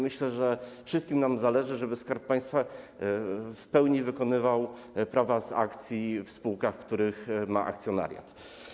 Myślę, że wszystkim nam zależy, żeby Skarb Państwa w pełni wykonywał prawa z akcji w spółkach, w których ma akcjonariat.